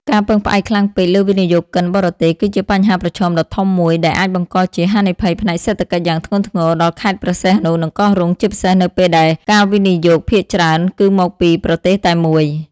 ការពឹងផ្អែកខ្លាំងពេកលើវិនិយោគិនបរទេស គឺជាបញ្ហាប្រឈមដ៏ធំមួយ ដែលអាចបង្កជា ហានិភ័យផ្នែកសេដ្ឋកិច្ចយ៉ាងធ្ងន់ធ្ងរ ដល់ខេត្តព្រះសីហនុ និងកោះរ៉ុង ជាពិសេសនៅពេលដែលការវិនិយោគភាគច្រើនគឺមកពី ប្រទេសតែមួយ។